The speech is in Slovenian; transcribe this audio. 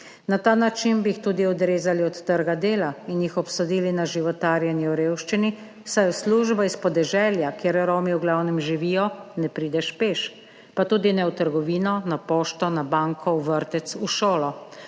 Na ta način bi jih tudi odrezali od trga dela in jih obsodili na životarjenje v revščini, saj v službo iz podeželja, kjer Romi v glavnem živijo, ne prideš peš, pa tudi ne v trgovino, na pošto, na banko, v vrtec, v šolo.